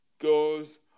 goes